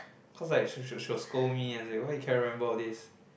cause like she will she will scold me and said why you cannot remember all these